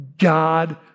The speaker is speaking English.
God